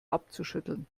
abzuschütteln